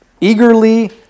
eagerly